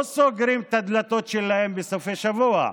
לא סוגרים את הדלתות שלהם בסופי שבוע.